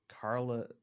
Carla